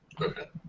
Okay